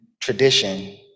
tradition